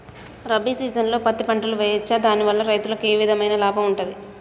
రబీ సీజన్లో పత్తి పంటలు వేయచ్చా దాని వల్ల రైతులకు ఏ విధంగా లాభం ఉంటది?